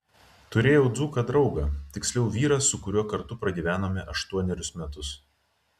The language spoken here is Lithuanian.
turėjau dzūką draugą tiksliau vyrą su kuriuo kartu pragyvenome aštuonerius metus